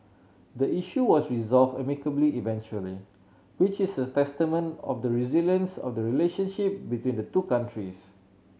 the issue was resolved amicably eventually which is a testament of the resilience of the relationship between the two countries